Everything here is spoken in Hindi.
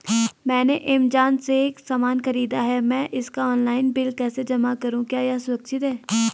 मैंने ऐमज़ान से सामान खरीदा है मैं इसका ऑनलाइन बिल कैसे जमा करूँ क्या यह सुरक्षित है?